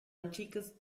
antikes